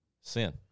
sin